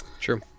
True